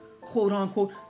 quote-unquote